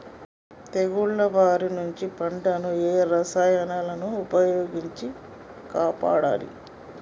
తెగుళ్ల బారి నుంచి పంటలను ఏ రసాయనాలను ఉపయోగించి కాపాడాలి?